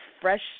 fresh